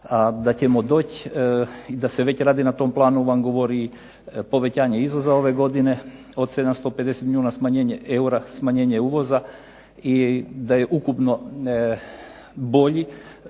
Da ćemo doći da se već radi na tom planu govorim vam povećanje izvoza ove godine, od 750 milijuna eura, smanjenje uvoza i da je ukupno bolji